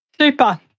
super